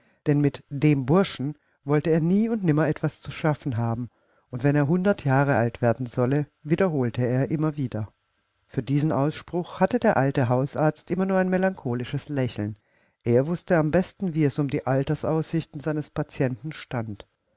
denn mit dem burschen wolle er nie und nimmer etwas zu schaffen haben und wenn er hundert jahre alt werden solle wiederholte er immer wieder für diesen ausspruch hatte der alte hausarzt immer nur ein melancholisches lächeln er wußte am besten wie es um die altersaussichten seines patienten stand